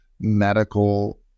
medical